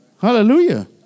Hallelujah